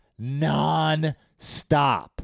nonstop